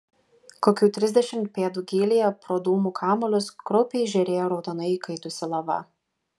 kokių trisdešimt pėdų gylyje pro dūmų kamuolius kraupiai žėrėjo raudonai įkaitusi lava